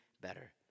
better